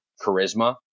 charisma